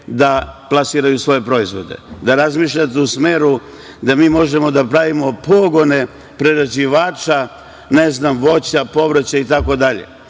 da plasiraju svoje proizvode? Da razmišljate u smeru da mi možemo da pravimo pogone prerađivača, ne znam, voća, povrća itd.